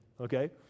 okay